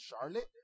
Charlotte